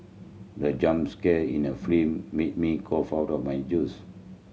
the jump scare in the film made me cough out my juice